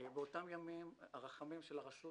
באותם ימים הרחמים של הרשות